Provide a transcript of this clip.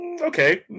okay